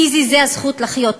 פיזי זה הזכות לחיות,